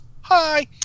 hi